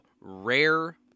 rare